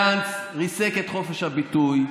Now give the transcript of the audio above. גנץ ריסק את חופש הביטוי.